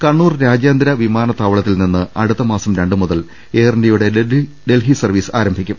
കണ്ണൂർ രാജ്യാന്തര വിമാനത്താവളത്തിൽനിന്ന് അടുത്തമാസം രണ്ട് മുതൽ എയർഇന്ത്യയുടെ ഡൽഹി സർവീസ് ആരംഭിക്കും